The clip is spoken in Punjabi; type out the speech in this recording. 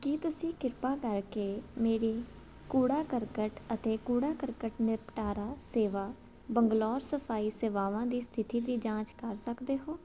ਕੀ ਤੁਸੀਂ ਕਿਰਪਾ ਕਰਕੇ ਮੇਰੀ ਕੂੜਾ ਕਰਕਟ ਅਤੇ ਕੂੜਾ ਕਰਕਟ ਨਿਪਟਾਰਾ ਸੇਵਾ ਬੰਗਲੌਰ ਸਫਾਈ ਸੇਵਾਵਾਂ ਦੀ ਸਥਿਤੀ ਦੀ ਜਾਂਚ ਕਰ ਸਕਦੇ ਹੋ